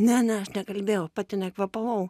ne ne aš nekalbėjau pati nekvėpavau